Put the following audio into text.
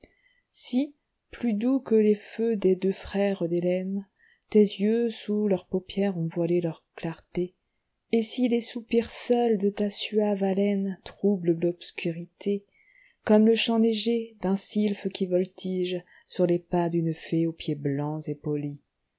si plus doux que les feux des deux frères d'hélène tes yeux sous leur paupière ont voilé leur clarté et si les soupirs seuls de ta suave haleine troublent l'obscurité comme le chant léger d'un sylphe qui voltige sur les pas d'une fée aux pieds blancs et polis